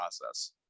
process